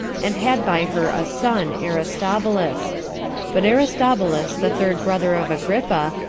and had by her a son, aristobulus but aristobulus, the third brother of agrippa,